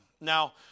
Now